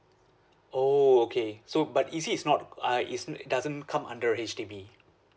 oh okay so but E_C is not uh is it doesn't come under H_D_B